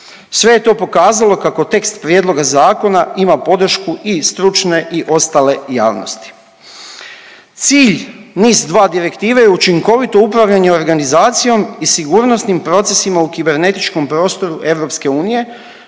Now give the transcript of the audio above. Sve je to pokazalo kako tekst prijedloga zakona ima podršku i stručne i ostale javnosti. Cilj NIS-2 direktive je učinkovito upravljanje organizacijom i sigurnosnim procesima u kibernetičkom prostoru EU